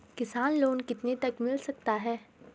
किसान लोंन कितने तक मिल सकता है?